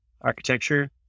architecture